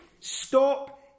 Stop